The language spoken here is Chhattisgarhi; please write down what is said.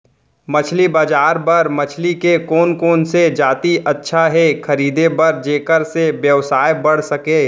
मछली बजार बर मछली के कोन कोन से जाति अच्छा हे खरीदे बर जेकर से व्यवसाय बढ़ सके?